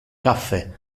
caffe